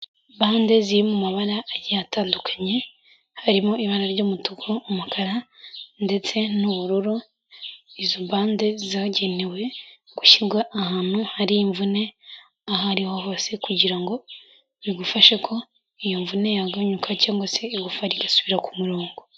Bande ziri mu mabara agiye atandukanye, harimo ibara ry'umutuku, umukara ndetse n'ubururu, izo bande zagenewe gushyirwa ahantu hari imvune ahariho hose, kugira ngo bigufashe ko iyo mvune yagabanyuka cyangwa se igufwa rigasubira ku murongo.